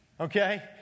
Okay